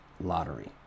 lottery